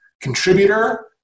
contributor